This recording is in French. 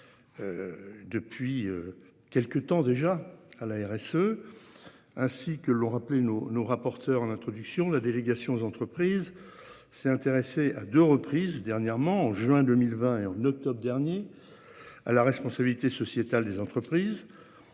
Depuis quelque temps déjà à la RSE. Ainsi que l'ont rappelé nos nos rapporteurs à l'introduction, la délégation aux entreprises s'est intéressé à deux reprises dernièrement en juin 2020 et en octobre dernier. À la responsabilité sociétale des entreprises.